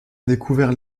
découvert